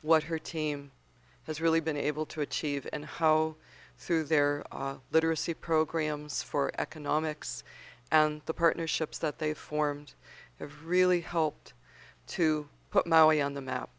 what her team has really been able to achieve and how through their literacy programs for economics and the partnerships that they formed have really helped to put on the map